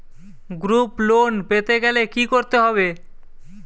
Group loan পেতে গেলে কি করতে হবে?